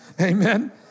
Amen